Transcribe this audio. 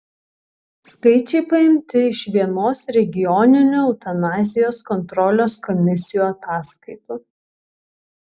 skaičiai paimti iš vienos regioninių eutanazijos kontrolės komisijų ataskaitų